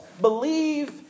believe